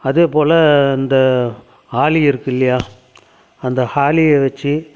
அதே போல இந்த ஹாலி இருக்குது இல்லையா அந்த ஹாலியை வச்சு